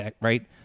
right